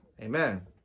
Amen